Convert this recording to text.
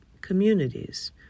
Communities